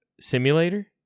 simulator